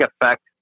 effect